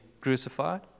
crucified